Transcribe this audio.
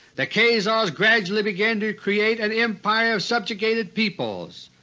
the khazars gradually began to create an empire of subjugated peoples.